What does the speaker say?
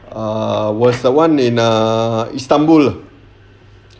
ah was the one in err istanbul